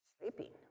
Sleeping